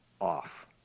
off